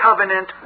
covenant